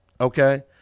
Okay